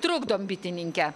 trukdom bitininke